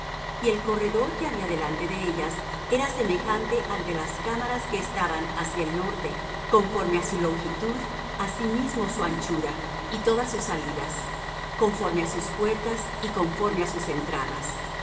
y el corredor que había delante de ellas era semejante al de las cámaras que estaban hacia el norte conforme á su longitud asimismo su anchura y todas sus salidas conforme á sus puertas y conforme á sus entradas